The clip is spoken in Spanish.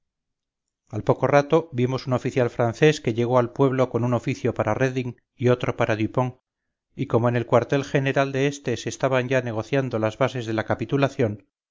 al poco rato vimos un oficial francés que llegó al pueblo con un oficio para reding y otro para dupont y como en el cuartel general de este se estaban ya negociando las bases de la capitulación